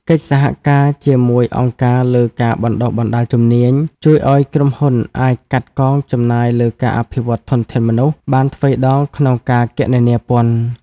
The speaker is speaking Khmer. កិច្ចសហការជាមួយអង្គការលើការបណ្ដុះបណ្ដាលជំនាញ ជួយឱ្យក្រុមហ៊ុនអាចកាត់កងចំណាយលើការអភិវឌ្ឍធនធានមនុស្សបានទ្វេដងក្នុងការគណនាពន្ធ។